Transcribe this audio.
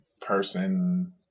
person